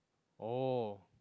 oh